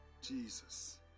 Jesus